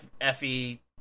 Effie